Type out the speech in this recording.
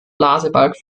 blasebalg